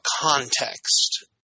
context